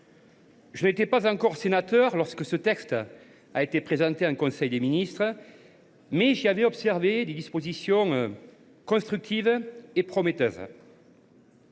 Je n’étais pas encore sénateur lorsque ce texte a été présenté en conseil des ministres, mais j’y avais lu des dispositions constructives et prometteuses.